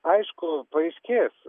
aišku paaiškės